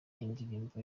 indirimbo